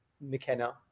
McKenna